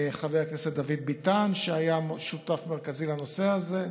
חבר הכנסת דוד ביטן, שהיה שותף מרכזי לנושא הזה,